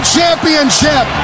Championship